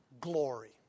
Glory